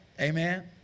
Amen